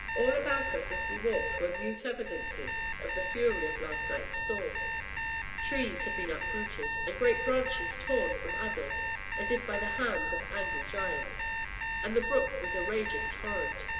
all about us, as we walked, were mute evidences of the fury of last night's storm trees had been uprooted, and great branches torn from others as if by the hands of angry giants and the brook was a raging torrent.